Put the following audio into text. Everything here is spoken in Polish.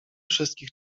wszystkich